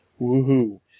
Woohoo